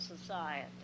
Society